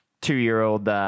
two-year-old